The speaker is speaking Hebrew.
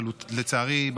לצערי,